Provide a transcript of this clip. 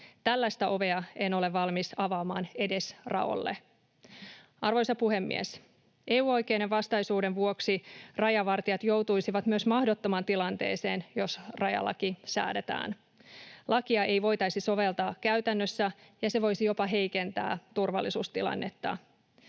Tällaista ovea en ole valmis avaamaan edes raolle. Arvoisa puhemies! EU-oikeuden vastaisuuden vuoksi rajavartijat joutuisivat myös mahdottomaan tilanteeseen, jos rajalaki säädetään. Lakia ei voitaisi soveltaa käytännössä, ja se voisi jopa heikentää turvallisuustilannetta.